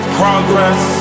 progress